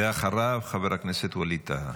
אחריו, חבר הכנסת ווליד טאהא.